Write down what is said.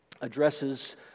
addresses